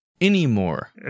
anymore